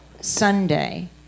Sunday